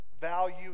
value